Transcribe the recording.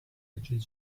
edges